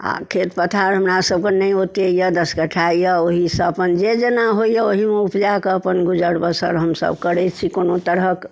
आओर खेत पथार हमरासबके नहि ओतेक अइ दस कट्ठा अइ ओहिसँ अपन जे जेना होइए ओहिमे उपजाकऽ अपन गुजर बसर हमसब करै छी कोनो तरहके